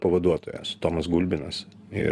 pavaduotojas tomas gulbinas